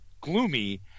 gloomy